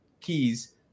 keys